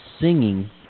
singing